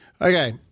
Okay